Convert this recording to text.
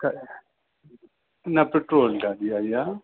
न पेट्रोल गाॾी आहे इहा